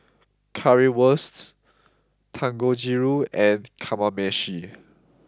Currywurst Dangojiru and Kamameshi